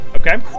Okay